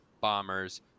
Bombers